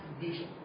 vision